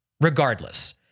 regardless